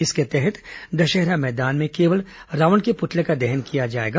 इसके तहत दशहरा मैदान में केवल रावण के पुतले का दहन किया जाएगा